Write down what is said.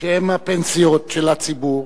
שהם הפנסיות של הציבור,